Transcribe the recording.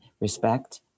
respect